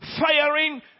firing